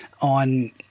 on